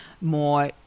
more